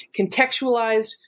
contextualized